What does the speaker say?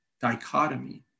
dichotomy